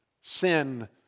sin